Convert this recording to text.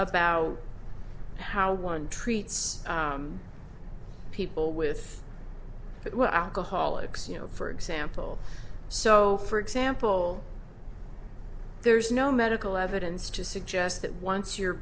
about how one treats people with that were alcoholics you know for example so for example there's no medical evidence to suggest that once your